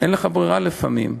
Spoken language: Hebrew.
אין לך ברירה לפעמים,